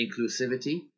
inclusivity